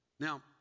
Now